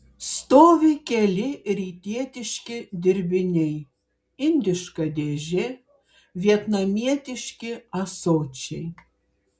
stovi keli rytietiški dirbiniai indiška dėžė vietnamietiški ąsočiai